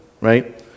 right